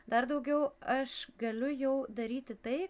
dar daugiau aš galiu jau daryti tai